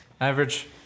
Average